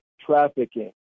trafficking